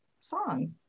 songs